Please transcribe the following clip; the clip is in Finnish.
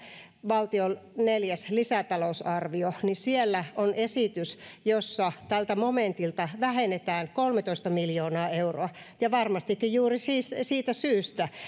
valtion neljäs lisätalousarvio siellä on esitys jossa tältä momentilta vähennetään kolmetoista miljoonaa euroa varmastikin juuri siitä syystä